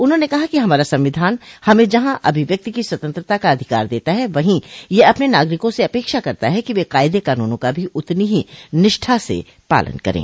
उन्होंने कहा है कि हमारा संविधान हमें जहां अभिव्यक्ति की स्वतंत्रता का अधिकार देता है वहीं यह अपने नागरिकों से अपेक्षा करता है कि वे कायदे कानूनों का भी उतनी ही निष्ठा से पालन करें